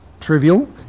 Trivial